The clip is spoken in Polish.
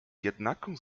jednaką